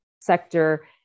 sector